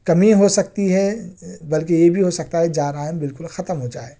کمی ہو سکتی ہے بلکہ یہ بھی ہوسکتا ہے جرائم بالکل ختم ہوجائے